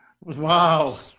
Wow